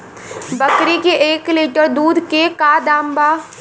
बकरी के एक लीटर दूध के का दाम बा?